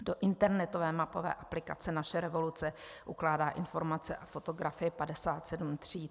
Do internetové mapové aplikace Naše revoluce ukládá informace a fotografie 57 tříd.